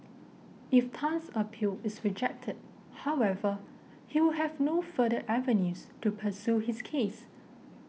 if Tan's appeal is rejected however he will have no further avenues to pursue his case